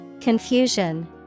Confusion